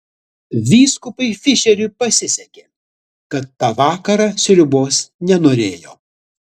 vyskupui fišeriui pasisekė kad tą vakarą sriubos nenorėjo